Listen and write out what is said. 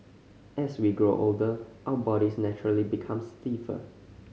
as we grow older our bodies naturally become stiffer